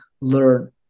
learn